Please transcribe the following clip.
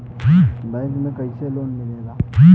Bank से कइसे loan मिलेला?